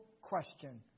question